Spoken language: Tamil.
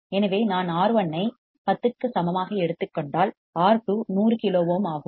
எனவே நான் R1 ஐ 10 க்கு சமமாக எடுத்துக் கொண்டால் R 2 நூறு கிலோ ஓம் ஆகும்